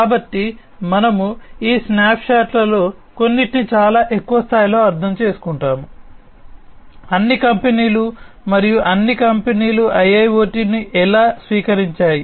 కాబట్టి మనము ఈ స్నాప్షాట్లలో కొన్నింటిని చాలా ఎక్కువ స్థాయిలో అర్థం చేసుకుంటాము అన్ని కంపెనీలు మరియు అన్ని కంపెనీలు IIoT ను ఎలా స్వీకరించాయి